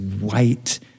white